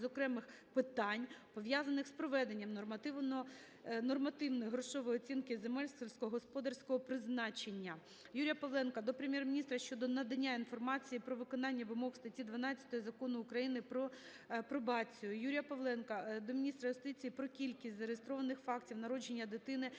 з окремих питань, пов'язаних з проведенням нормативної грошової оцінки земель сільськогосподарського призначення. Юрія Павленка до Прем'єр-міністра щодо надання інформації про виконання вимог статті 12 Закону України "Про пробацію". Юрія Павленка до міністра юстиції про кількість зареєстрованих фактів народження дитини